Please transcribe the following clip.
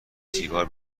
سیگار